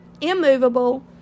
immovable